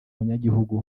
banyagihugu